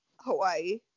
Hawaii